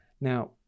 Now